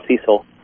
Cecil